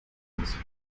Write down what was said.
los